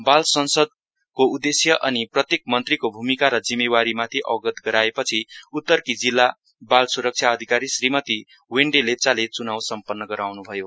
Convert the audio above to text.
बाल संसदको उद्देश्य अनि प्रत्येक मन्त्रीको भूमिका र जिम्मेवारीमाथि अवगत गराएपछि उत्तरकी जिल्ला बाल सुरक्षा अधिकारी श्रीमती वेन्डे लेप्चाले च्नाउ सम्पन्न गराउन्भयो